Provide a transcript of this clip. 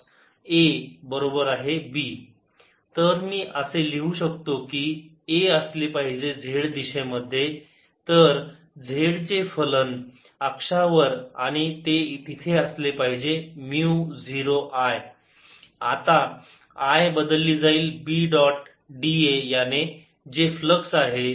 daϕ Az 2 R2R2z232 ϕπa2Bπa2NLI Azz a2NIL L2π2L2π2z232 तर मी असे लिहू शकतो की A असले पाहिजे z दिशेमध्ये तर z चे फलन अक्षावर आणि ते तिथे असले पाहिजे म्यु 0 I I आता बदलली जाईल B डॉट da याने जे फ्लक्स आहे